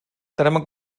terme